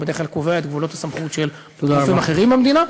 הוא בדרך כלל קובע את גבולות הסמכות של גופים אחרים במדינה,